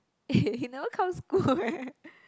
eh he never come school eh